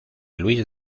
luis